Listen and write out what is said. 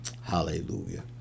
hallelujah